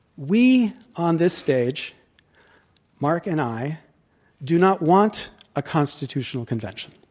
we on this stage mark and i do not want a constitutional convention,